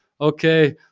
Okay